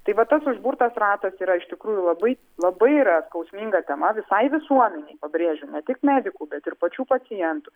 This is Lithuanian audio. tai va tas užburtas ratas yra iš tikrųjų labai labai yra skausminga tema visai visuomenei pabrėžiu ne tik medikų bet ir pačių pacientų